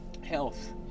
health